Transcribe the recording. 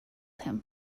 him